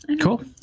Cool